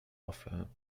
offer